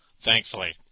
thankfully